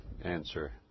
answer